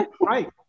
Right